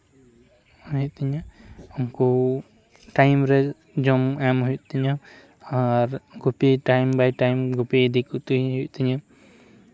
ᱮᱢ ᱦᱩᱭᱩᱜ ᱛᱤᱧᱟᱹ ᱩᱱᱠᱩ ᱴᱟᱭᱤᱢ ᱨᱮ ᱡᱚᱢ ᱮᱢ ᱦᱩᱭᱩᱜ ᱛᱤᱧᱟᱹ ᱟᱨ ᱜᱩᱯᱤ ᱴᱟᱭᱤᱢ ᱵᱟᱭ ᱴᱟᱭᱤᱢ ᱜᱩᱯᱤ ᱤᱫᱤ ᱠᱚᱛᱤᱧ ᱦᱩᱭᱩᱜ ᱛᱤᱧᱟᱹ